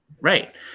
Right